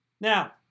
Now